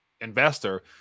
investor